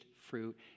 fruit